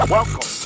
Welcome